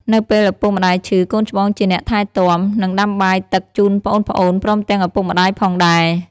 នៅពេលឪពុកម្តាយឈឺ កូនច្បងជាអ្នកថែទាំ និងដាំបាយទឹកជូនប្អូនៗព្រមទាំងឪពុកម្ដាយផងដែរ។